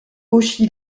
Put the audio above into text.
auchy